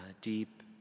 deep